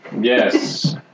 Yes